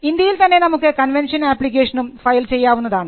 ഇന്ത്യയിൽ തന്നെ നമുക്ക് കൺവെൻഷൻ ആപ്ലിക്കേഷനും ഫയൽ ചെയ്യാവുന്നതാണ്